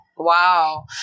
wow